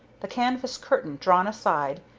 the canvas curtain drawn aside,